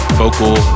vocal